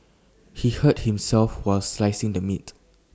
he hurt himself while slicing the meat